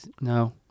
no